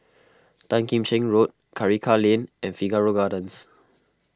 Tan Kim Cheng Road Karikal Lane and Figaro Gardens